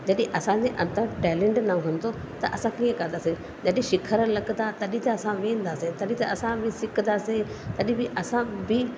जॾहिं असांजे अंदर टैलेंट न हूंदो त असां कीअं कंदासीं जॾहिं शिखर लॻंदा तॾहिं त असां बि सिखंदासीं तॾहिं बि असां बि